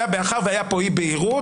מאחר שהייתה כאן אי בהירות,